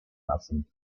lassen